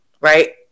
right